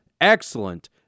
excellent